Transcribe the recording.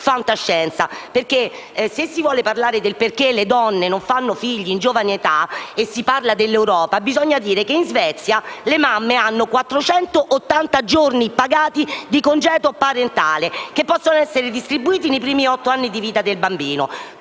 Se si vuol parlare del perché le donne non fanno figli in giovane età e si parla dell'Europa, bisogna dire che in Svezia le mamme hanno quattrocentottanta giorni pagati di congedo parentale, che possono essere distribuiti nei primi otto anni di vita del bambino.